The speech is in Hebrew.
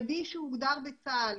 בגלל זה דיברתי בהתחלה על סינרגיה,